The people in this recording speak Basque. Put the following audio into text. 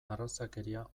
arrazakeria